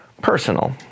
personal